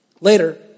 Later